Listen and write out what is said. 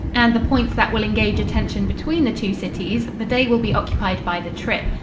and the points that will engage attention between the two cities, the day will be occupied by the trip.